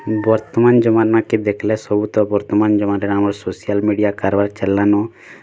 ବର୍ତ୍ତମାନ ଜମାନା କେ ଦେଖିଲେ ସବୁ ତ ବର୍ତ୍ତମାନ ଜମାନା ରେ ଆମର୍ ସୋସିଆଲ୍ ମିଡ଼ିଆ କାରବାର୍ ଚାଲିଲା ନ